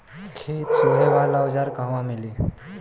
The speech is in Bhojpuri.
खेत सोहे वाला औज़ार कहवा मिली?